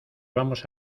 vamos